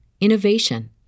innovation